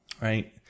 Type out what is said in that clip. right